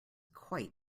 quite